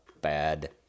bad